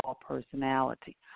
personality